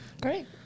Great